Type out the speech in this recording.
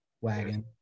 wagon